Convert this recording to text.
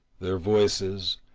their voices,